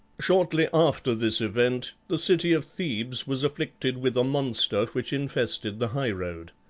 shortly after this event the city of thebes was afflicted with a monster which infested the highroad.